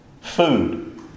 Food